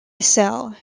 cell